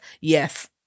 Yes